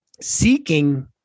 Seeking